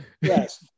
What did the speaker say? Yes